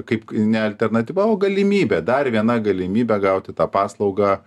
kaip ne alternatyva o galimybė dar viena galimybė gauti tą paslaugą